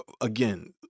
again